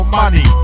money